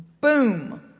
Boom